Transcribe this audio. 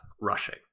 rushing